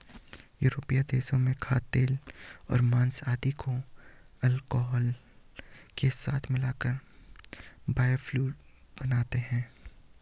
यूरोपीय देशों में खाद्यतेल और माँस आदि को अल्कोहल के साथ मिलाकर बायोफ्यूल बनता है